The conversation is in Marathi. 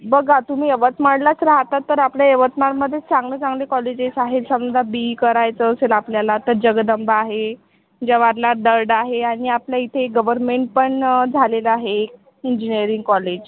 बघा तुम्ही यवतमाळलाच राहतात तर आपल्या यवतमाळमध्येच चांगले चांगले कॉलेजेस आहेत समजा बी ई करायचं असेल आपल्याला तर जगदंबा आहे जवारलाल दळडा आहे आणि आपल्या इथे गवरमेन पण झालेलं आहे एक इंजिनेअरिंग कॉलेज